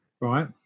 right